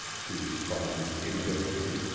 she responded indifferently,